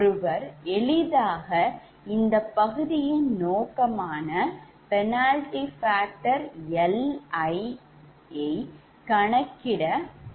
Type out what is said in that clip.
ஒருவர் எளிதாக இந்தப் பகுதியின் நோக்கமான penalty factorரை கணக்கிட முடியும்